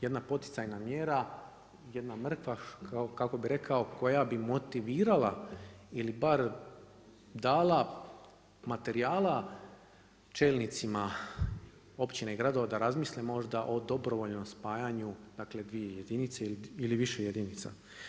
Jedna poticajna mjera, jedna mrkva, kako bi rekao, koja bi motivirala, ili barem dala materijala čelnicima općine i gradova da razmisle možda o dobrovoljnom spajanju, 2 jedince ili više jedinica.